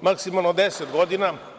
maksimalno 10 godina.